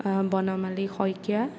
Banamali Saikia